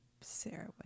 Sarah